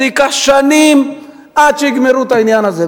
זה ייקח שנים עד שיגמרו את העניין הזה,